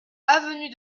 avenue